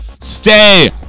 Stay